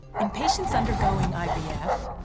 in patients undergoing ivf,